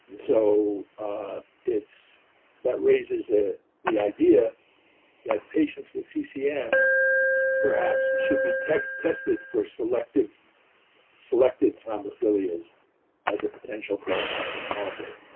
so ah that raises a the idea that patients with ccm perhaps should be tested tested for selected selected thrombophilias as a potential prognostic marker.